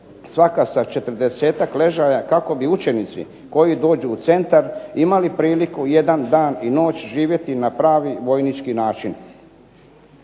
svaka sa četrdesetak ležaja kako bi učenici koji dođu u centar imali priliku jedan dan i noć živjeti na pravi vojnički način.